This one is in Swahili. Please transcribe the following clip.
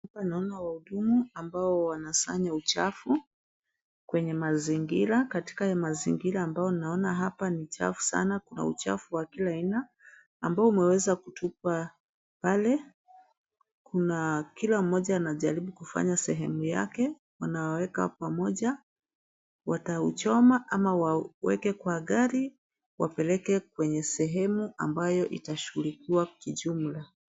Hapa naona wahudumu ambao wanasanya uchafu kwenye mazingira katika haya mazingira ambayo naona hapa ni chafu sana. Kuna uchafu wa kila aina ambao umeweza kutupwa pale. Kuna kila mmoja anajaribu kufanya sehemu yake. Wanaweka pamoja, watauchoma ama wauweke kwa gari wapeleke kwenye sehemu ambayo itashughulikiwa kijumla.